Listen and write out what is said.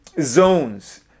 zones